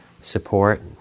support